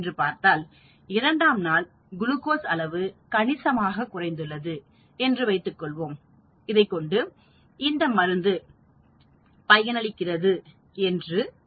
என்றுபார்த்தாள் இரண்டாம் நாள் குளுக்கோஸ் அளவு கணிசமாக குறைந்துள்ளது என்று வைத்துக்கொள்வோம் இதைக்கொண்டு இந்த மருந்து பயனளிக்கிறது என்று கூற முடியுமா